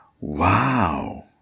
Wow